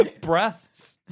Breasts